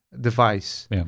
device